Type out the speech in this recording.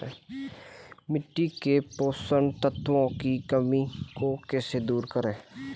मिट्टी के पोषक तत्वों की कमी को कैसे दूर करें?